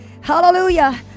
hallelujah